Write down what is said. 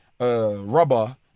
Rubber